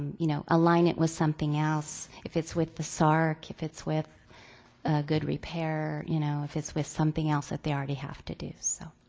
you know, align it with something else. if it's with the sarc, if it's with good repair, you know, if it's with something else that they already have to do, so